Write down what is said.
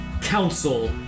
council